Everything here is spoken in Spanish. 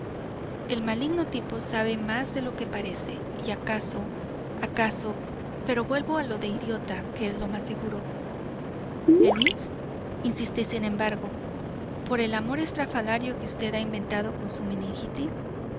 el maligno tipo sabe más de lo que parece y acaso acaso pero vuelvo a lo de idiota que es lo más seguro feliz insistí sin embargo por el amor estrafalario que vd ha inventado con su meningitis